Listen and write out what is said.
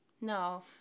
No